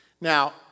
Now